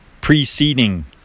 preceding